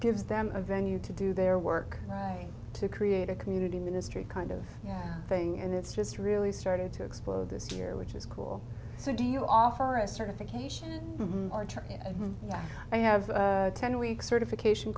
gives them a venue to do their work right to create a community ministry kind of thing and it's just really started to explode this year which is cool so do you offer a certification or training that i have a ten week certification